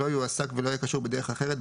לא יועסק ולא יהיה קשור בדרך אחרת,